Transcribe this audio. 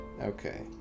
Okay